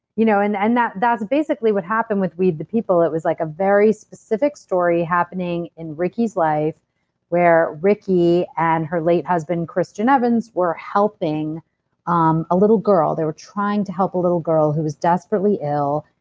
you know and and that's basically what happened with weed the people. it was like a very specific story happening in ricki's life where ricki and her late husband, christian evans, were helping helping um a little girl. they were trying to help a little girl who was desperately ill,